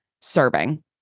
serving